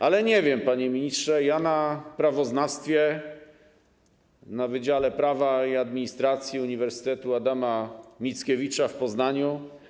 Ale nie wiem, panie ministrze, bo ja na prawoznawstwie, na Wydziale Prawa i Administracji Uniwersytetu im. Adama Mickiewicza w Poznaniu.